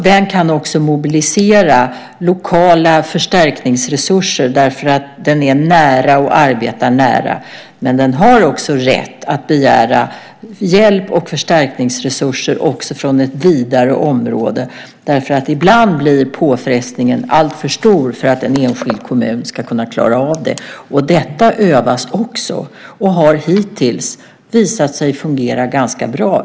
Den kan mobilisera lokala förstärkningsresurser eftersom den finns nära och arbetar nära, men den har också rätt att begära hjälp och förstärkningsresurser från ett vidare område. Ibland blir nämligen påfrestningen alltför stor för en enskild kommun att klara av. Detta övas också och har hittills visat sig fungera ganska bra.